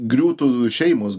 griūtų šeimos